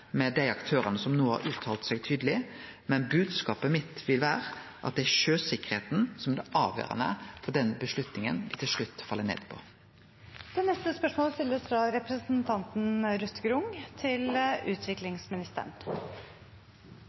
med dei aktørane som no har uttalt seg tydeleg, men bodskapet mitt vil vere at det er sjøsikkerheita som er det avgjerande for den avgjerda me til slutt fell ned